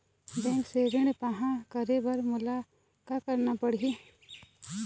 Bank से ऋण पाहां करे बर मोला का करना पड़ही?